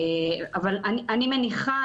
אני מניחה,